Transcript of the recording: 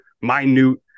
minute